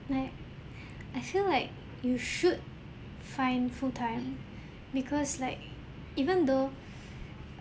like I feel like you should find full time because like even though